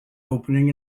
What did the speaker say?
opening